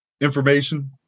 information